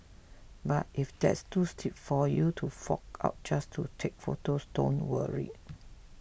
but if that's too steep for you to fork out just to take photos don't worry